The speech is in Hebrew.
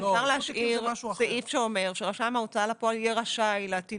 אפשר להשאיר סעיף שאומר שרשם ההוצאה לפועל יהיה רשאי להטיל